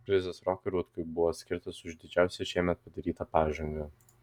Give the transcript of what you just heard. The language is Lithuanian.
prizas rokui rutkui buvo skirtas už didžiausią šiemet padarytą pažangą